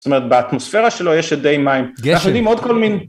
זאת אומרת, באטמוספירה שלו יש אדי מים. גשם.